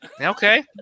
Okay